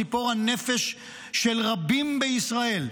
ציפור הנפש של רבים בישראל,